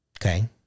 Okay